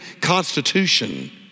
constitution